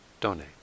donate